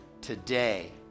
today